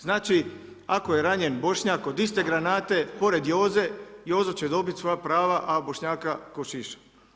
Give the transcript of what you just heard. Znači ako je ranjen Bošnjak od iste granate pored Joze, Jozo će dobiti svoja prava a Bošnjaka tko šiša.